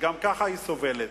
שגם ככה סובלת,